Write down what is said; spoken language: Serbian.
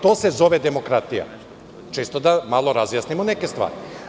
To se zove demokratija, čisto da malo razjasnimo neke stvari.